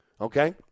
Okay